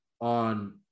on